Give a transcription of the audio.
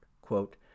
Quote